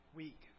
week